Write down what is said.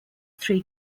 three